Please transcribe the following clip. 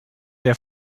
der